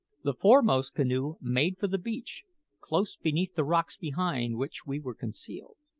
the foremost canoe made for the beach close beneath the rocks behind which we were concealed.